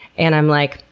and i'm like,